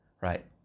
right